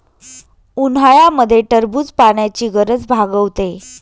उन्हाळ्यामध्ये टरबूज पाण्याची गरज भागवते